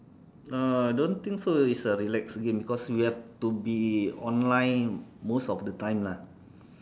uh don't think so is a relaxing game because you have to be online most of the time lah